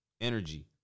energy